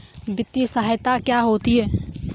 वित्तीय सहायता क्या होती है?